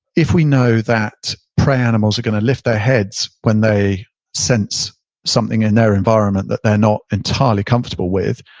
if we know that prey animals are going to lift their heads when they sense something in their environment that they're not entirely comfortable with,